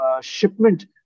shipment